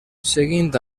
seguint